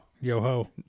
Yo-ho